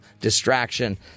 distraction